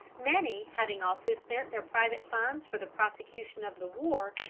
many, having also spent their private funds for the prosecution of the war,